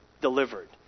delivered